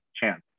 chance